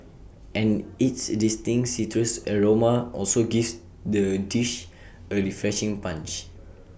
and its distinct citrus aroma also gives the dish A refreshing punch